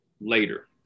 later